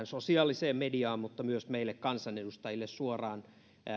sosiaaliseen mediaan mutta myös suoraan meille kansanedustajille lähetetään kuvia